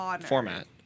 format